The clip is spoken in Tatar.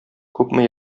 күпме